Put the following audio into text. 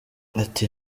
ati